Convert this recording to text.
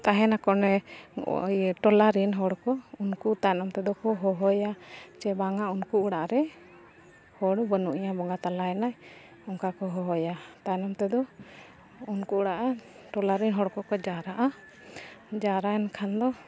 ᱛᱟᱦᱮᱱᱟᱠᱚ ᱴᱚᱞᱟ ᱨᱮᱱ ᱦᱚᱲ ᱠᱚ ᱩᱱᱠᱩ ᱛᱟᱭᱱᱚᱢ ᱛᱮᱫᱚ ᱠᱚ ᱦᱚᱦᱚᱭᱟ ᱥᱮ ᱵᱟᱝᱼᱟ ᱩᱱᱠᱩ ᱚᱲᱟᱜ ᱨᱮ ᱦᱚᱲ ᱵᱟᱹᱱᱩᱜᱮᱭᱟ ᱵᱚᱸᱜᱟ ᱛᱟᱞᱟᱭᱮᱱᱟᱭ ᱚᱱᱠᱟ ᱠᱚ ᱦᱚᱦᱚᱭᱟ ᱛᱟᱭᱱᱚᱢ ᱛᱮᱫᱚ ᱩᱱᱠᱩ ᱚᱲᱟᱜ ᱴᱚᱞᱟ ᱨᱮᱱ ᱦᱚᱲ ᱠᱚᱠᱚ ᱡᱟᱣᱨᱟᱜᱼᱟ ᱡᱟᱣᱨᱟ ᱮᱱᱠᱷᱟᱱ ᱫᱚ